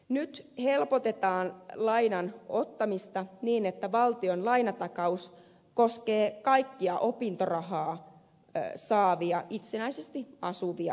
nyt helpotetaan lainan ottamista niin että valtion lainatakaus koskee kaikkia opintorahaa saavia itsenäisesti asuvia opiskelijoita